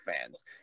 fans